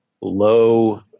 low